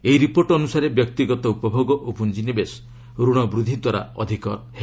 ଏହି ରିପୋର୍ଟ ଅନୁସାରେ ବ୍ୟକ୍ତିଗତ ଉପଭୋଗ ଓ ପୁଞ୍ଜିନିବେଶ ଋଣ ବୃଦ୍ଧିଦ୍ୱାରା ଅଧିକ ହେବ